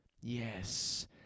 Yes